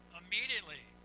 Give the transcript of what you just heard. immediately